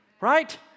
right